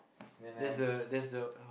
then have